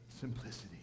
Simplicity